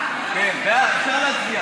מאה אחוז.